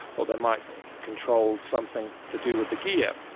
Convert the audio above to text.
or they might control something to do with the gear.